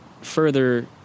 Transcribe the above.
further